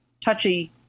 touchy